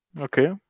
Okay